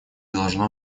должно